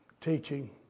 teaching